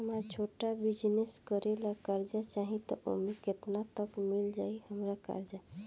हमरा छोटा बिजनेस करे ला कर्जा चाहि त ओमे केतना तक मिल जायी हमरा कर्जा?